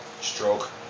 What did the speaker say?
Stroke